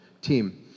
team